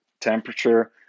temperature